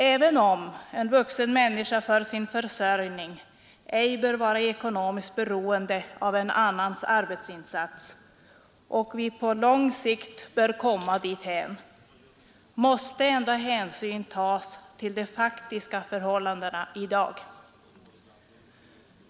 Även om en vuxen människa för sin försörjning ej bör vara ekonomiskt beroende av en annans arbetsinsats och vi på lång sikt bör komma därhän att ingen är beroende, måste ändå hänsyn tas till de faktiska förhållandena i dag.